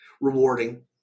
rewarding